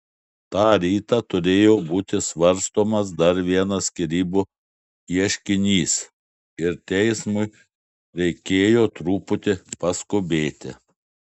tą rytą turėjo būti svarstomas dar vienas skyrybų ieškinys ir teismui reikėjo truputį paskubėti